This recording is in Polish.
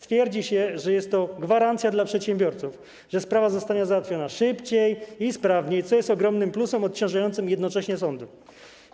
Twierdzi się, że jest to gwarancja dla przedsiębiorców, że sprawa zostanie załatwiona szybciej i sprawniej, co jest ogromnym plusem, bo jednocześnie odciąży to sądy.